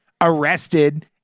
arrested